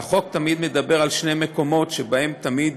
והחוק תמיד מדבר על שני מקומות שבהם תמיד